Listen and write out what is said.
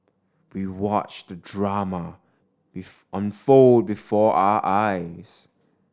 we watched the drama unfold before our eyes